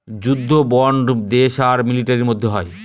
যুদ্ধ বন্ড দেশ আর মিলিটারির মধ্যে হয়